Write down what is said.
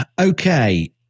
Okay